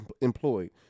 employed